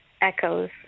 echoes